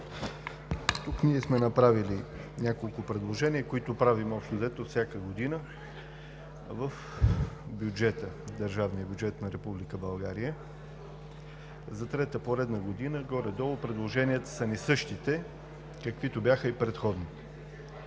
Тук ние сме направили няколко предложения, които правим общо взето всяка година в държавния бюджет на Република България. За трета поредна година горе-долу нашите предложения са същите, каквито бяха и предходните.